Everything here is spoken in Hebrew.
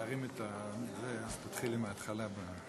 קשה לי להביע אמון בממשלה שממשיכה במדיניות